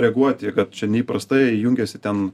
reaguoti kad čia neįprastai jungiasi ten